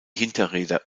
hinterräder